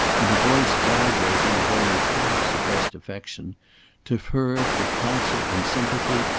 and a voice vibrating with only half-suppressed affection to her for counsel and sympathy,